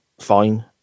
fine